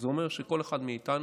זה אומר שכל אחד מאיתנו,